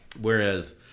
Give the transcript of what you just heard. Whereas